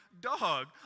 dog